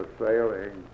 sailing